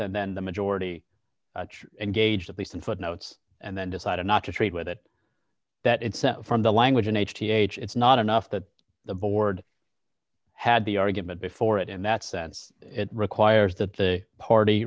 depth and then the majority engaged at least in footnotes and then decided not to trade with it that it's from the language in h t h it's not enough that the board had the argument before it in that sense it requires that the party